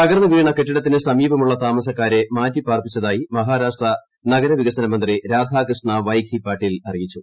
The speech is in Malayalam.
തകർന്നുവീണ കെട്ടിടത്തിനു സമീപമുള്ള താമസക്കാരെ മാറ്റിപ്പാർപ്പിച്ചതായി മഹാരാഷ്ട്ര നഗരവികസന മന്ത്രി രാധാകൃഷ്ണ വൈഖി പാട്ടീൽ അറിയിച്ചു